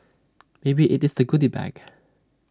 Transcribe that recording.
maybe IT is the goody bag